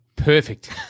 Perfect